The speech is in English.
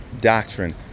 Doctrine